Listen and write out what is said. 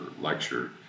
lecture